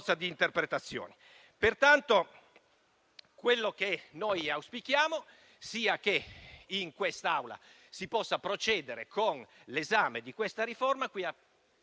Pertanto noi auspichiamo che in quest'Aula si possa procedere con l'esame di questa riforma a